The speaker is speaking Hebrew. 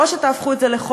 או שתהפכו את זה לחוק,